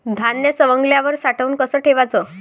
धान्य सवंगल्यावर साठवून कस ठेवाच?